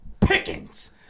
Pickens